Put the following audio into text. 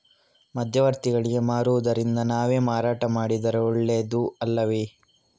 ಮಧ್ಯವರ್ತಿಗಳಿಗೆ ಮಾರುವುದಿಂದ ನಾವೇ ಮಾರಾಟ ಮಾಡಿದರೆ ಒಳ್ಳೆಯದು ಅಲ್ಲವೇ?